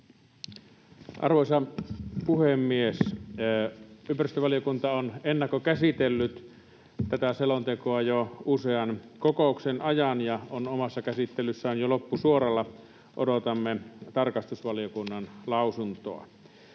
Arvoisa puhemies! Ympäristövaliokunta on ennakkokäsitellyt tätä selontekoa jo usean kokouksen ajan ja on omassa käsittelyssään jo loppusuoralla; odotamme tarkastusvaliokunnan lausuntoa.